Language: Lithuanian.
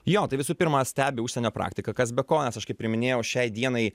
jo tai visų pirma stebi užsienio praktiką kas be ko nes aš kaip ir minėjau šiai dienai